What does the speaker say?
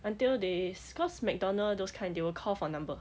until they s~ cause mcdonald's those kind they will call for number